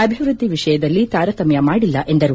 ಅಭಿವೃದ್ದಿ ವಿಷಯದಲ್ಲಿ ತಾರತಮ್ಯ ಮಾಡಿಲ್ಲ ಎಂದರು